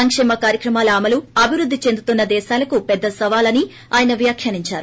సంక్షేమ కార్యక్రమాల అమలు అభివృద్ది చెందుతున్న దేశాలకు పెద్ద సవాలు అని ఆయన వ్యాఖ్యానించారు